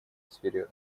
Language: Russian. сфере